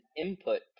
input